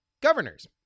governors